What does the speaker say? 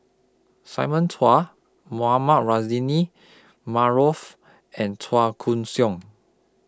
Simon Chua Mohamed Rozani Maarof and Chua Koon Siong